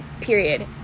period